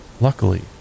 Luckily